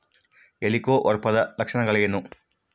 ಹೆಲಿಕೋವರ್ಪದ ಲಕ್ಷಣಗಳೇನು?